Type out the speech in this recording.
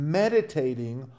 meditating